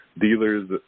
dealers